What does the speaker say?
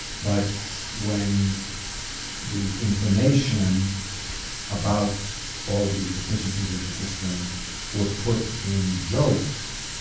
but when the information about all of these deficiencies of the system were put in jokes,